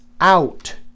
out